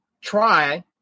try